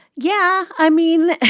yeah, i mean,